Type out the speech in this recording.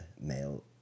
male